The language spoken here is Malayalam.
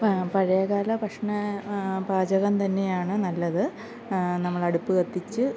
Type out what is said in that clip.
പഴയകാല ഭക്ഷണ പാചകം തന്നെയാണ് നല്ലത് നമ്മളടുപ്പ് കത്തിച്ച്